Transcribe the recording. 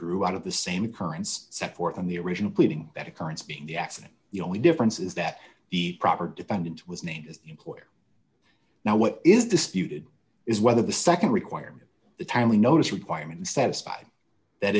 grew out of the same occurrence set forth in the original pleading that occurrence being the accident the only difference is that the proper defendant was named employer now what is disputed is whether the nd requirement the timely notice requirement is satisfied that